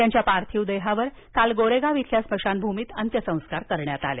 त्यांच्या पार्थिव देहावर काल गोरेगाव इथल्या स्मशानभूमीत अंत्यसंस्कार करण्यात आले